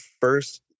first